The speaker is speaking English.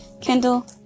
Kindle